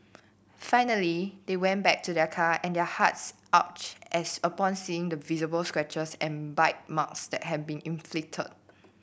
finally they went back to their car and their hearts as upon seeing the visible scratches and bite marks that had been inflicted